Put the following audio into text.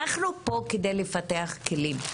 אנחנו פה כדי לפתח כלים.